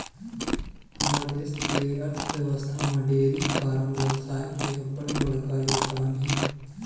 हमर देस के अर्थबेवस्था म डेयरी फारम बेवसाय के अब्बड़ बड़का योगदान हे